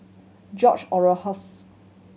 George